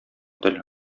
тел